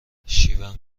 شیون